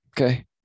okay